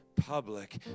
public